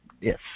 Yes